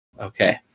Okay